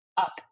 up